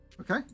Okay